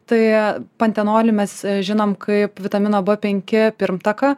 tai pantenolį mes žinom kad vitamino b penki pirmtaką